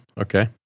Okay